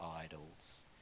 idols